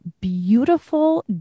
beautiful